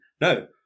No